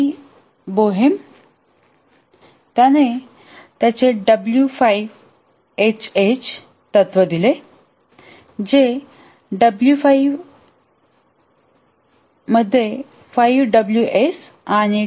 Barré Boehm त्याने त्याचे W 5 HH तत्व दिले जे 5 डब्ल्यूएस आणि 2 एच आहे